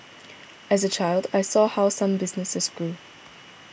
as a child I saw how some businesses grew